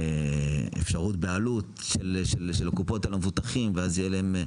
האפשרות בעלות של הקופות על המבוטחים ואז יהיה להם.